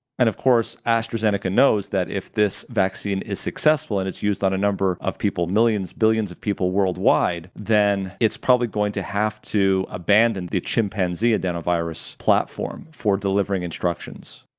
and of course, astrazeneca knows that if this vaccine is successful and is used on a number of people millions, billions of people worldwide then it's probably going to have to abandon the chimpanzee adenovirus platform for delivering instructions.